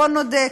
בואו נודה,